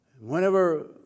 Whenever